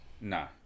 Nah